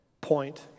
point